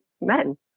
men